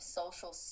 social